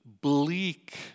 bleak